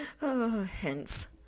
hence